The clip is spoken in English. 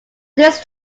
this